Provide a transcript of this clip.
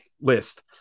list